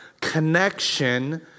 connection